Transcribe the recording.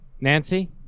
Nancy